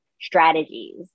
strategies